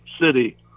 City